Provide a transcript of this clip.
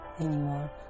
anymore